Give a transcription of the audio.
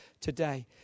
today